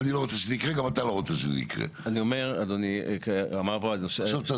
אני לא רוצה שזה יקרה וגם את הלא רוצה שזה יקרה.